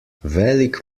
velik